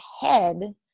head